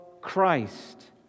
Christ